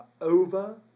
over